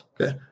Okay